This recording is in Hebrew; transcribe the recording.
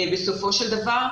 בסופו של דבר,